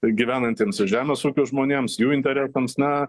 gyvenantiems su žemės ūkiu žmonėms jų interesams na